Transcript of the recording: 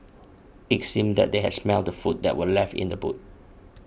it seemed that they had smelt the food that were left in the boot